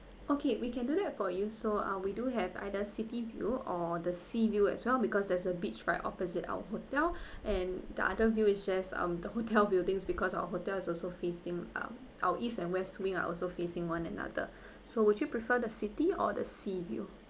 okay we can do that for you so uh we do have either city view or the seaview as well because there's a beach right opposite our hotel and the other view is just um the hotel buildings because our hotel is also facing um our east and west wing are also facing one another so would you prefer the city or the sea view